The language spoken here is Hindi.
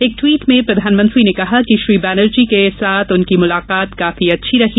एक ट्वीट में श्री मोदी ने कहा कि बनर्जी के साथ उनकी मुलाकात काफी अच्छी रही